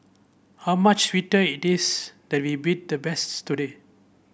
how much sweeter it is that we beat the best today